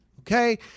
Okay